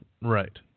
Right